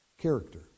character